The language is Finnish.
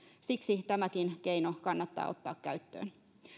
siksi tämäkin keino kannattaa ottaa käyttöön